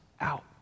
out